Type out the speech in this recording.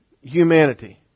humanity